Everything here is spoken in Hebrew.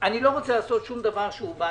אני לא רוצה לקחת שום דבר בעייתי.